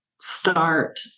start